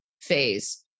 phase